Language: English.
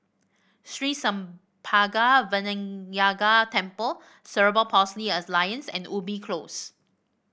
Sri Senpaga Vinayagar Temple Cerebral Palsy Alliance and Ubi Close